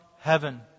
heaven